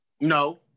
No